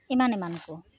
ᱮᱢᱟᱱ ᱮᱢᱟᱱ ᱠᱚ